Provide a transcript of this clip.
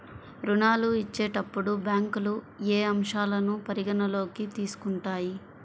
ఋణాలు ఇచ్చేటప్పుడు బ్యాంకులు ఏ అంశాలను పరిగణలోకి తీసుకుంటాయి?